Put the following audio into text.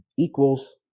Equals